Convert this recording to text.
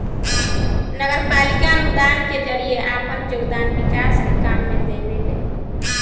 नगरपालिका अनुदान के जरिए आपन योगदान विकास के काम में देवेले